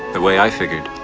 the way i figured,